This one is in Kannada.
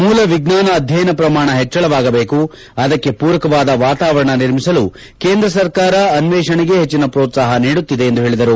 ಮೂಲವಿಜ್ಞಾನ ಅಧ್ಯಯನ ಪ್ರಮಾಣ ಹೆಚ್ಚಳವಾಗಬೇಕು ಅದಕ್ಕೆ ಪೂರಕವಾದ ವಾತಾವರಣ ನಿರ್ಮಿಸಲು ಕೇಂದ್ರ ಸರ್ಕಾರ ಅನ್ವೇಷಣೆಗೆ ಹೆಚ್ಚಿನ ಪ್ರೋತ್ಸಾಹ ನೀಡುತ್ತಿದೆ ಎಂದು ಹೇಳಿದರು